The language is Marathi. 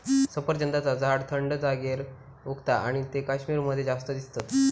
सफरचंदाचा झाड थंड जागेर उगता आणि ते कश्मीर मध्ये जास्त दिसतत